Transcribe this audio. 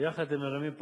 ביחד הם מרימים פה,